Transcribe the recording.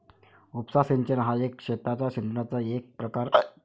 उपसा सिंचन हा शेतात सिंचनाचा एक प्रकार आहे